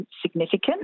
significant